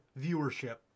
viewership